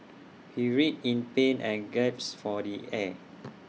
he writhed in pain and gasped for the air